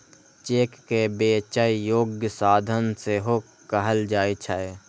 cheque कें बेचै योग्य साधन सेहो कहल जाइ छै